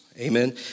amen